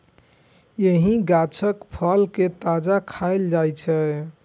एहि गाछक फल कें ताजा खाएल जाइ छै